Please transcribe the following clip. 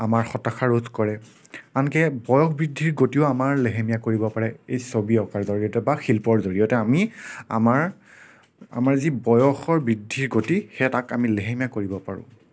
আমাৰ হতাশা ৰোধ কৰে আনকি এক বয়স বৃদ্ধিৰ গতিও আমাৰ লেহেমীয়া কৰিব পাৰে এই ছবি অঁকাৰ জৰিয়তে বা শিল্পৰ জৰিয়তে আমি আমাৰ আমাৰ যি বয়সৰ বৃদ্ধিৰ গতি সেইয়া তাক আমি লেহেমীয়া কৰিব পাৰোঁ